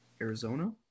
Arizona